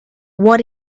what